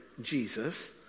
Jesus